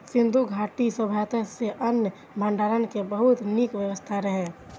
सिंधु घाटी सभ्यता मे अन्न भंडारण के बहुत नीक व्यवस्था रहै